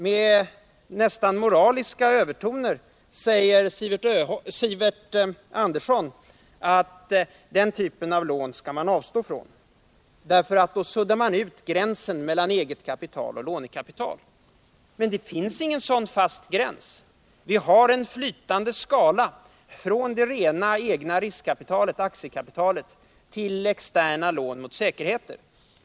Med nästan moraliska övertoner säger Sivert Andersson att den typen av lån är något som man skall avstå från, eftersom man genom sådana suddar ut gränsen mellan eget kapital och lånekapital. Men det finns ingen sådan fast gräns. Vi har en flytande skala från det rena egna riskkapitalet, aktiekapitalet, till externa lån mot säkerheter.